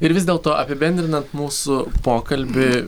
ir vis dėlto apibendrinant mūsų pokalbį